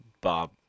Bob